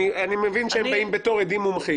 אני מבין שהם באים בתור עדים מומחים.